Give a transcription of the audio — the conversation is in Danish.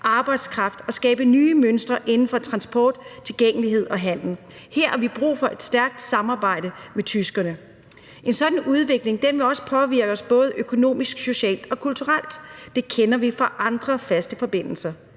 arbejdskraft og til at skabe nye mønstre inden for transport, tilgængelighed og handel. Her har vi brug for et stærkt samarbejde med tyskerne. En sådan udvikling vil også påvirke os både økonomisk, socialt og kulturelt – det kender vi fra andre faste forbindelser.